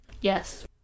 Yes